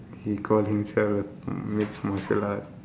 he call himself mixed martial arts